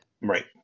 Right